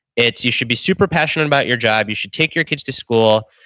it's you should be super passionate about your job. you should take your kids to school.